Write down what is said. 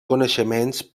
coneixements